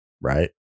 Right